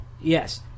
Yes